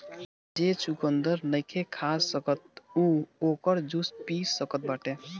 जे चुकंदर नईखे खा सकत उ ओकर जूस पी सकत बाटे